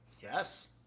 Yes